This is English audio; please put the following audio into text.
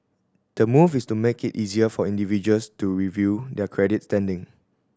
the move is to make it easier for individuals to review their credit standing